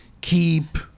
Keep